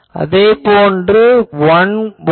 இது 114